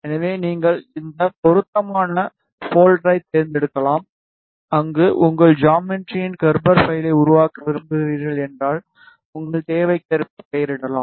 எனவே நீங்கள் இங்கே பொருத்தமான போல்டரைத் தேர்ந்தெடுக்கலாம் அங்கு உங்கள் ஜாமெட்ரியின் கெர்பர் பைலை உருவாக்க விரும்புகிறீர்கள் எனில் உங்கள் தேவைக்கேற்ப பெயரிடலாம்